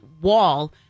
wall